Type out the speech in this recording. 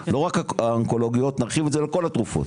לא רק האונקולוגיות נרחיב את זה לכל התרופות,